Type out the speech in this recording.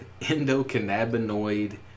Endocannabinoid